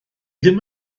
ddim